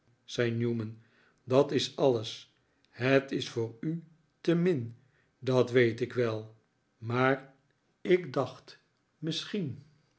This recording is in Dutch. zei newman dat is alles het is voor u te min dat weet ik wel maar ik dacht misschien